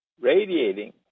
radiating